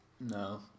No